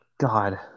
God